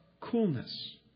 coolness